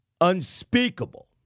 Unspeakable